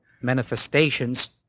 manifestations